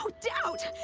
so doubt